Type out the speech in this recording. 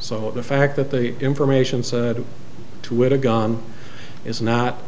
so the fact that the information said to wit a gun is not